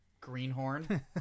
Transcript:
greenhorn